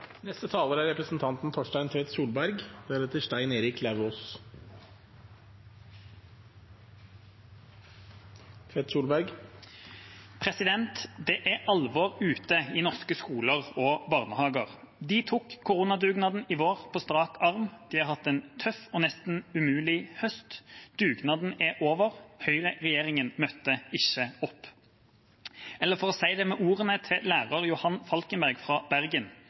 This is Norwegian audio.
Det er alvor ute i norske skoler og barnehager. De tok koronadugnaden i vår på strak arm, de har hatt en tøff og nesten umulig høst. Dugnaden er over, høyreregjeringa møtte ikke opp. Eller for å si det med ordene til lærer Johann Falkenberg fra Bergen: